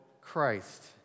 Christ